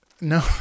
No